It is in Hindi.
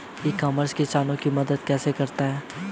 ई कॉमर्स किसानों की मदद कैसे कर सकता है?